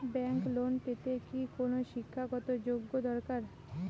Bank loan পেতে কি কোনো শিক্ষা গত যোগ্য দরকার?